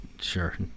Sure